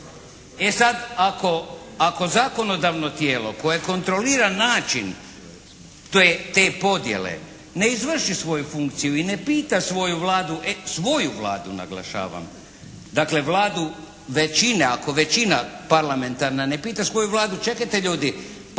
E sad, ako zakonodavno tijelo, koje kontrolira način te podjele ne izvrši svoju funkciju i ne pita svoju Vladu, e, svoju Vladu naglašavam, dakle Vladu većine, ako većina parlamentarna ne pita svoju Vladu, čekajte ljudi, pa što